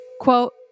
Quote